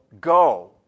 Go